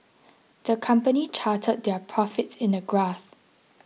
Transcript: the company charted their profits in a graph